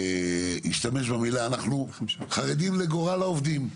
במילה אנחנו חרדים לגורל העובדים.